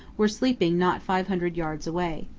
were sleeping not five hundred yards away.